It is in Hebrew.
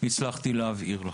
הצלחתי להבהיר לכם.